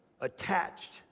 Attached